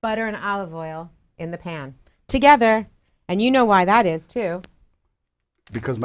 butter an olive oil in the pan together and you know why that is too because my